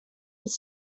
his